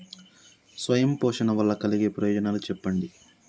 స్వయం పోషణ వల్ల కలిగే ప్రయోజనాలు చెప్పండి?